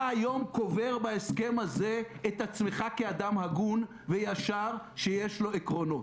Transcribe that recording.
אתה היום קובר בהסכם הזה את עצמך כאדם הגון וישר שיש לו עקרונות.